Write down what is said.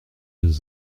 deux